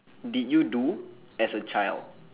did you do as a child